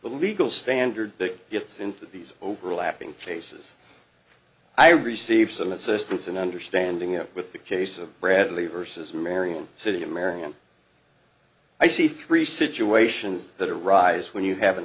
the legal standard that gets into these overlapping cases i receive some assistance in understanding it with the case of bradley versus marion city america and i see three situations that arise when you have an